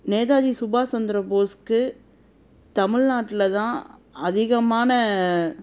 நேதாஜி சுபாஷ் சந்திர போஸ்க்கு தமிழ்நாட்டுல தான் அதிகமான